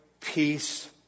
peace